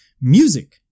music